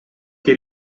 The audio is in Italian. che